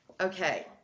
Okay